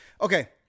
Okay